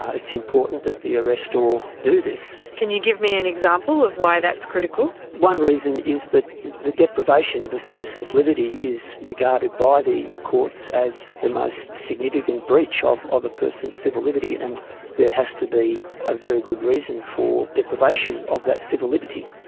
it's important that the arrestor do this. can you give me an example of why that is critical? one reason is that the deprivation of a citizen's liberty is regarded by the courts as the most significant breach of of a person's civil liberty, and there has to be a very good reason for deprivation of that civil liberty.